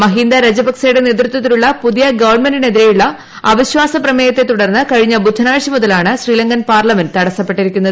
മഹിന്ദ രജപക്സെയുടെ നേതൃത്വത്തിലുള്ള പുതിയ ഗവൺമെന്റിനെതിരെയുള്ള അവിശ്വാസ പ്രമേയവിഷയത്തെ തുടർന്ന് കഴിഞ്ഞ ബുധനാഴ്ച മുതലാണ് ശ്രീലങ്കൻ പാർലമെന്റ് തടസ്സപ്പെട്ടിരിക്കുന്നത്